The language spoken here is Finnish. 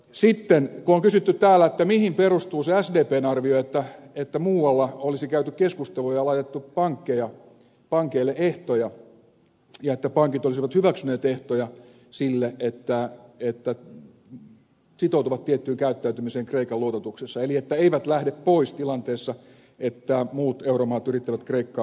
sitten täällä on kysytty mihin perustuu se sdpn arvio että muualla olisi käyty keskusteluja ja laitettu pankeille ehtoja ja että pankit olisivat hyväksyneet ehtoja sille että ne sitoutuvat tiettyyn käyttäytymiseen kreikan luototuksessa eli että eivät lähde pois tilanteessa kun muut euromaat yrittävät kreikkaa auttaa